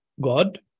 God